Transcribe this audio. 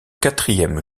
quatrième